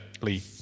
Lee